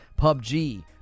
PUBG